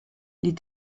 les